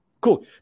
Cool